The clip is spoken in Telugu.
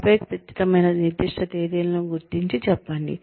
ఆపై ఖచ్చితమైన నిర్దిష్ట తేదీలను గుర్తించి చెప్పండి